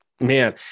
man